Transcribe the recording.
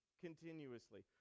continuously